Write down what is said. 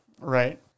Right